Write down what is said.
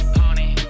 honey